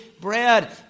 bread